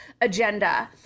agenda